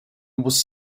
was